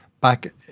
back